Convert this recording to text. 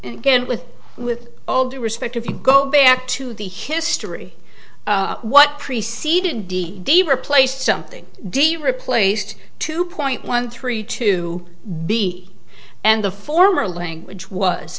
and again with with all due respect if you go back to the history what preceded d day replaced something d replaced two point one three two b and the former language